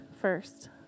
first